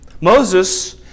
Moses